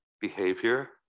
behavior